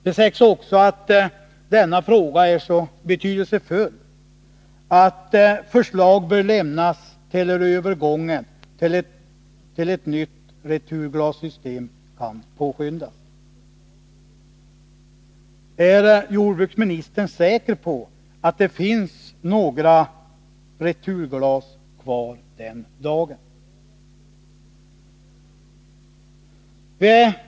Det sägs också att denna fråga är så betydelsefull att förslag bör lämnas om hur övergången till ett nytt returglassystem kan påskyndas. Är jordbruksministern säker på att det finns några returglas kvar den dagen?